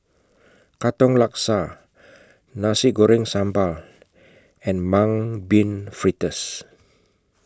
Katong Laksa Nasi Goreng Sambal and Mung Bean Fritters